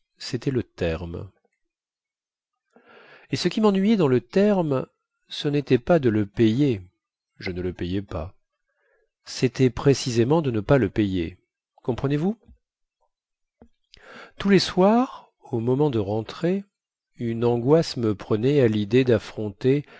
cétait le terme et ce qui mennuyait dans le terme ce nétait pas de le payer je ne le payais pas cétait précisément de ne pas le payer comprenez-vous tous les soirs au moment de rentrer une angoisse me prenait à lidée daffronter